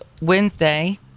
Wednesday